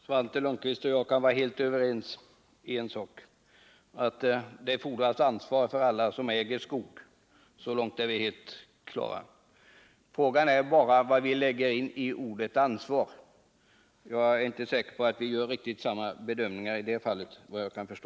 Herr talman! Svante Lundkvist och jag kan vara helt överens om en sak, att det fordras ansvar för alla som äger skog. Så långt är allt klart. Frågan är bara vad vi lägger in i ordet ansvar. Jag är inte säker på att vi gör riktigt samma bedömningar i det fallet. Svante Lundkvist